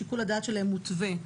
שיקול הדעת שלהם מותווה,